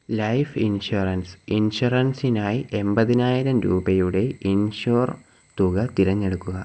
life insurance ഇൻഷുറൻസിനായി എൺപതിനായിരം രൂപയുടെ ഇൻഷുർ തുക തിരഞ്ഞെടുക്കുക